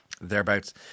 thereabouts